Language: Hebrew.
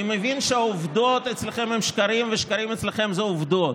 אני מבין שהעובדות אצלכם זה שקרים ושקרים אצלכם זה עובדות,